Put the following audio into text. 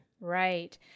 right